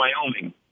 Wyoming